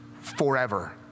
forever